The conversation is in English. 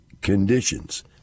conditions